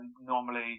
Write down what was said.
normally